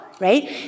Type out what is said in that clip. right